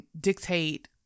dictate